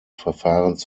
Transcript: verfahrens